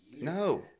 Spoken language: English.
no